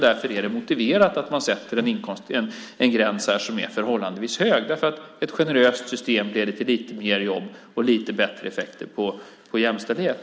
Därför är det motiverat att man sätter en gräns som är förhållandevis hög. Ett generöst system leder till lite mer jobb och lite bättre effekter för jämställdhet.